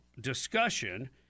discussion